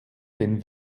den